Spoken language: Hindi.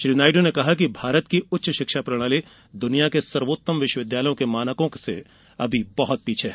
श्री नायडू ने कहा कि भारत की उच्च शिक्षा प्रणाली दुनिया के सर्वोत्तम विश्वविद्यालयों के मानकों से बहत पीछे है